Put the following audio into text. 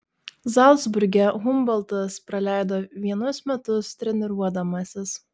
zalcburge humboltas praleido vienus metus treniruodamasis